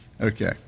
Okay